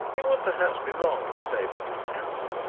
it would perhaps be wrong to say that he was handsome,